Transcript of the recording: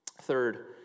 Third